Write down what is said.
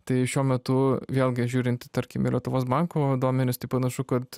tai šiuo metu vėlgi žiūrint į tarkim į lietuvos banko duomenis tai panašu kad